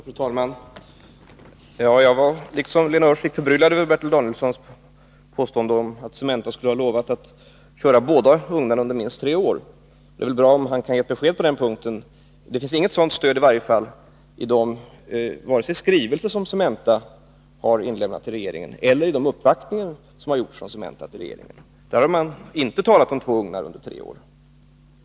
Fru talman! Jag var, liksom Lena Öhrsvik, förbryllad över Bertil Danielssons påstående att Cementa skulle ha lovat att köra båda ugnarna under minst tre år. Det är bra om han kan ge ett besked på den punkten. Det finns i varje fall inte något stöd för detta påstående i de skrivelser som Cementa har inlämnat till regeringen eller i de uppvaktningar som Cementa har gjort hos regeringen. Då har företaget inte talat om att det skall köra två ugnar under tre år.